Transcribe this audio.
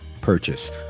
purchase